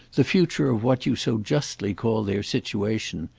the future of what you so justly call their situation.